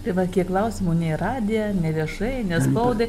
tai va kiek klausimų ne į radiją ne viešai ne spaudai